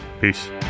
peace